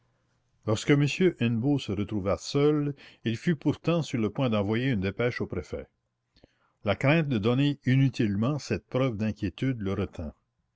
lorsque m hennebeau se retrouva seul il fut pourtant sur le point d'envoyer une dépêche au préfet la crainte de donner inutilement cette preuve d'inquiétude le retint